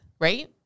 Right